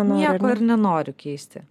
nieko ir nenoriu keisti